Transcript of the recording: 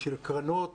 של קרנות,